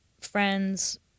friends